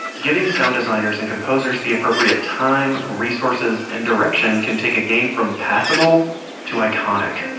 giving sound designers and composers the appropriate time, resources, and direction can take a game from passable to iconic